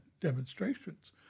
demonstrations